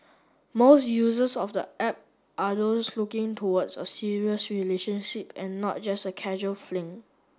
most users of the app are those looking towards a serious relationship and not just a casual fling